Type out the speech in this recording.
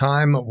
Time